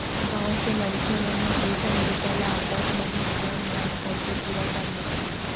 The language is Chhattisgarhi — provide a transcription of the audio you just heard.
गाँव के मनखे मन ह कइठन बूता ल आपस म ही श्रम दान करके पूरा कर लेथे